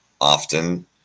often